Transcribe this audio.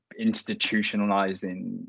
institutionalizing